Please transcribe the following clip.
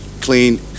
clean